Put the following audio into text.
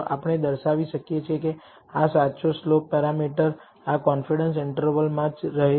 આપણે દર્શાવી શકીએ છીએ કે સાચો સ્લોપ પેરામીટર આ કોન્ફિડેન્સ ઈન્ટરવલ માં જ રહે છે